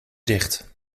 dicht